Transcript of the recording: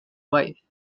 wife